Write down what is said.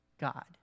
God